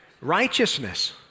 Righteousness